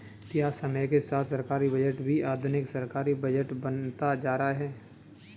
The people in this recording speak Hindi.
क्या समय के साथ सरकारी बजट भी आधुनिक सरकारी बजट बनता जा रहा है?